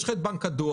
יש לך את בנק הדואר,